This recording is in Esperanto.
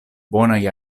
bonaj